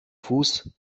fuß